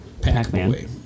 Pac-Man